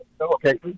Okay